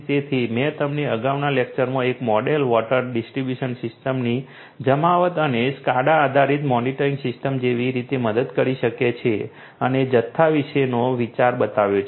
તેથી મેં તમને અગાઉના લેક્ચરમાં એક મોડેલ વોટર ડિસ્ટ્રિબ્યુશન સિસ્ટમની જમાવટ અને SCADA આધારિત મોનિટરિંગ સિસ્ટમ કેવી રીતે મદદ કરી શકે છે અને જથ્થા વિશેનો વિચાર બતાવ્યો છે